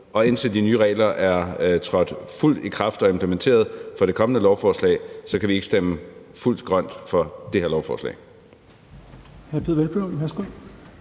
Indtil de nye regler er trådt fuldt i kraft og implementeret i det kommende lovforslag, kan vi ikke stemme grønt til det her lovforslag.